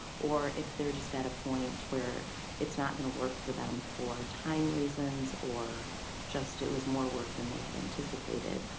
or if they're just at a point where it's not gonna work for them for time reasons or just it was more work than they had anticipated.